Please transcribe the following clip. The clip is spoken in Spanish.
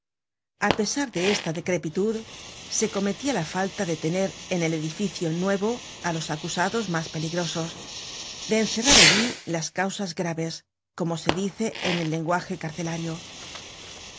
a pesar de esta decrepitud se cometía la falta de tener en el edificio nuevo á los acusados mas peligrosos de encerrar allí las causas graves como se dice en el lenguaje carcelario